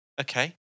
Okay